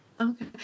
Okay